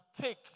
take